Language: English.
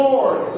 Lord